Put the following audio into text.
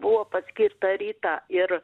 buvo paskirta rytą ir